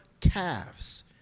calves